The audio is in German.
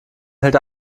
hält